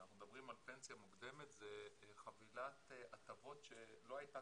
כשאנחנו מדברים על פנסיה מוקדמת זו חבילת הטבות שלא הייתה